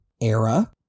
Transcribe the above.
era